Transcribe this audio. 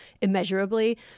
immeasurably